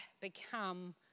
become